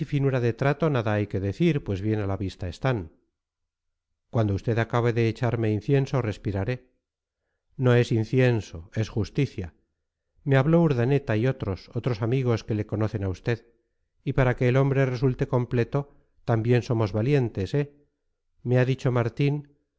finura de trato nada hay que decir pues bien a la vista están cuando usted acabe de echarme incienso respiraré no es incienso es justicia me habló urdaneta y otros otros amigos que le conocen a usted bien y para que el hombre resulte completo también somos valientes eh me ha dicho martín